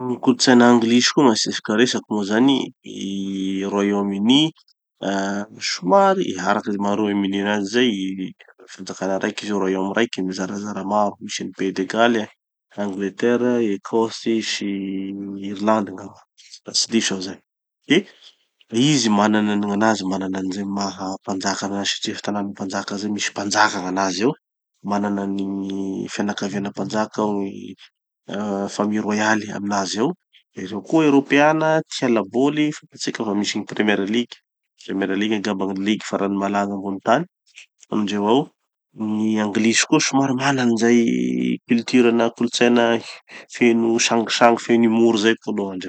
No gny kolotsaina Anglisy koa gn'asia tsika resaky moa zany, i Royaumes-Unis, ah somary, araky ze maha royaumes-unis anazy zay, fanjakana raiky izy io royaumes raiky mizarazara maro. Misy an'i pays de galles, angleterre, écosse, sy Irlande-nord, raha tsy diso aho zay. De izy manana gn'anazy manana any ze maha mpanjaka anazy satria tanany mpanjaka zay misy mpanjaka gn'anazy ao. Mananan'igny fianakaviana mpanjaka ao gny ah famille royale aminazy ao. Ereo koa eropeana, tia laboly, fatatsika fa misy gny premier league. Premier league angamba gny ligue farany malaza ambony tany, amindreo ao. Gny anlgisy koa somary mana anizay culture na kolotsaina feno sangisangy feno humour zay koa aloha andreo.